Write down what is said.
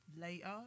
later